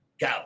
Go